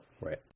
right